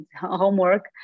homework